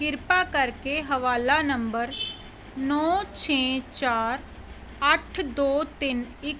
ਕਿਰਪਾ ਕਰਕੇ ਹਵਾਲਾ ਨੰਬਰ ਨੌਂ ਛੇ ਚਾਰ ਅੱਠ ਦੋ ਤਿੰਨ ਇੱਕ